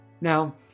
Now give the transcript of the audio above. Now